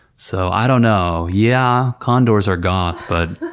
so, i don't know, yeah, condors are goth, but